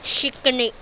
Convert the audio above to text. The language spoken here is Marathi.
शिकणे